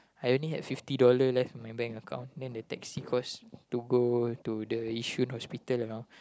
I only had fifty dollar left in my bank account then the taxi cost to go to the Yishun hospital you know